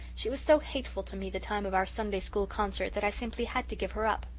she was so hateful to me the time of our sunday-school concert that i simply had to give her up.